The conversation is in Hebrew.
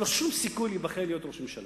אין לו שום סיכוי להיבחר להיות ראש ממשלה.